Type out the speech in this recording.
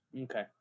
Okay